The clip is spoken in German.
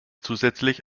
zusätzlich